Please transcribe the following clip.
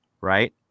right